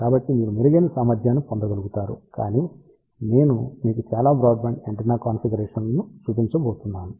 కాబట్టి మీరు మెరుగైన సామర్థ్యాన్ని పొందగలుగుతారు కాని తరువాత నేను మీకు చాలా బ్రాడ్బ్యాండ్ యాంటెన్నా కాన్ఫిగరేషన్లను చూపించబోతున్నాను